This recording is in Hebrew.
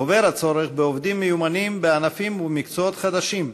גובר הצורך בעובדים מיומנים בענפים ובמקצועות חדשים,